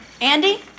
Andy